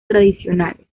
tradicionales